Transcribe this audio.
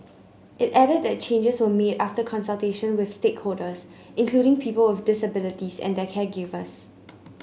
it added that changes were made after consultation with stakeholders including people of disabilities and their caregivers